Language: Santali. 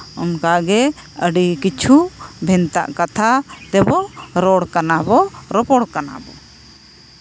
ᱚᱱᱠᱟᱜᱮ ᱟᱹᱰᱤ ᱠᱤᱪᱷᱩ ᱵᱷᱮᱱᱛᱟ ᱠᱟᱛᱷᱟ ᱛᱮᱵᱚ ᱨᱚᱲ ᱠᱟᱱᱟ ᱵᱚ ᱨᱚᱯᱚᱲ ᱠᱟᱱᱟ ᱵᱚ